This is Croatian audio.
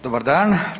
Dobar dan.